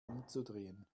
umzudrehen